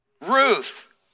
Ruth